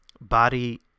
body